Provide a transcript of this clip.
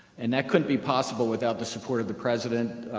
and that couldn't be possible without the support of the president,